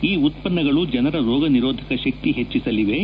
ಈ ಉತ್ಪನ್ನಗಳು ಜನರ ರೋಗನಿರೋಧಕ ಶಕ್ತಿ ಹೆಚ್ಚಿಸಲಿವೆ